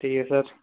ਠੀਕ ਹੈ ਸਰ